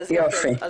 שלום.